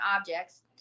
objects